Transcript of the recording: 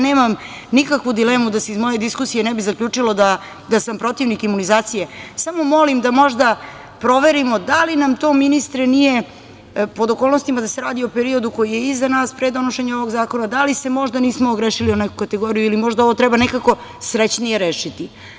Nemam nikakvu dilemu da se iz moje diskusije ne bi zaključilo da sam protivnik imunizacije, samo molim da možda proverimo da li nam to, ministre, nije pod okolnostima da se radi o periodu koji je iza nas pre donošenja ovog zakona, da li se možda nismo ogrešili o neku kategoriju ili možda ovo treba nekako srećnije rešiti?